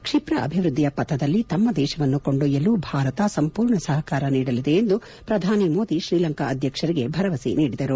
ಕ್ಷಿಪ್ರ ಅಭಿವ್ನಧಿಯ ಪಥದಲ್ಲಿ ತಮ್ಮ ದೇಶವನ್ನು ಕೊಂಡೊಯ್ಲಲು ಭಾರತ ಸಂಪೂರ್ಣ ಸಹಕಾರ ನೀಡಲಿದೆ ಎಂದು ಪ್ರಧಾನಿ ಮೋದಿ ಶ್ರೀಲಂಕಾ ಅಧ್ಯಕ್ಷರಿಗೆ ಭರವಸೆ ನೀಡಿದರು